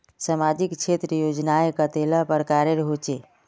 सामाजिक क्षेत्र योजनाएँ कतेला प्रकारेर होचे?